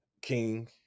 king